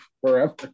forever